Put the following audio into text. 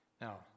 Now